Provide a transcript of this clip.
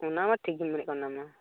ᱚᱱᱟᱢᱟ ᱴᱷᱤᱠᱜᱮᱢ ᱢᱮᱱᱮᱫ ᱠᱟᱱ ᱚᱱᱟᱢᱟ